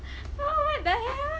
ah what the hell